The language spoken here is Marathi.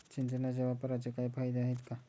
सिंचनाच्या वापराचे काही फायदे आहेत का?